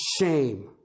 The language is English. Shame